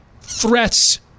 threats